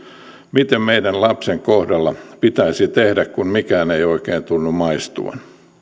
miten meidän lapsemme kohdalla pitäisi tehdä kun mikään ei oikein tunnu maistuvan